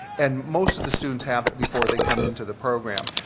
and most of the students have it before they come in to the program.